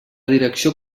direcció